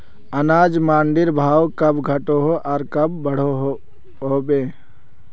अनाज मंडीर भाव कब घटोहो आर कब बढ़ो होबे?